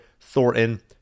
Thornton